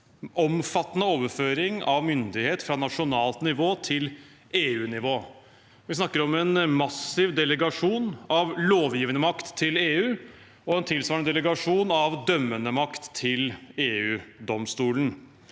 omfattende overføring av myndighet fra nasjonalt nivå til EU-nivå. Vi snakker om en massiv delegasjon av lovgivende makt til EU og en tilsvarende delegasjon av dømmende makt til EU-domstolen.